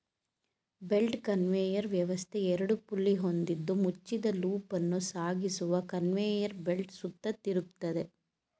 belt conveyor ವ್ಯವಸ್ಥೆ ಎರಡು pulley ಹೊಂದಿದ್ದು ಮುಚ್ಚಿದ ಲೂಪನ್ನು ಸಾಗಿಸುವ ಕನ್ವೇಯರ್ ಬೆಲ್ಟ್ ಸುತ್ತ ತಿರುಗ್ತದೆ